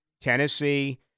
Tennessee